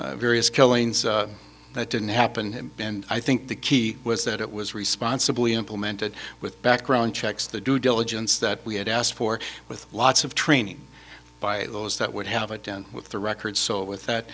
and various killings that didn't happen and i think the key was that it was responsible implemented with background checks the due diligence that we had asked for with lots of training by those that would have it done with the record so with that